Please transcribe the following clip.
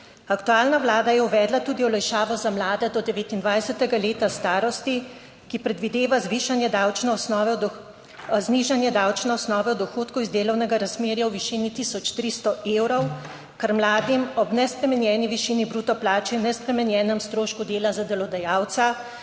Aktualna vlada je uvedla tudi olajšavo za mlade do 29. leta starosti, ki predvideva zvišanje davčne osnove, znižanje davčne osnove od dohodkov iz delovnega razmerja v višini 1300 evrov, kar mladim ob nespremenjeni višini bruto plače in nespremenjenem strošku dela za delodajalca